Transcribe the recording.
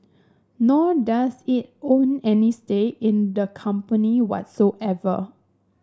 nor does it own any stake in the company whatsoever